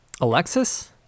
Alexis